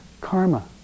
karma